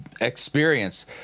experience